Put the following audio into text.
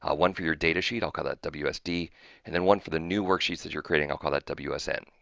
ah one for your data sheet. i'll call that wsd and then one for the new worksheets that you're creating, i'll call that wsn.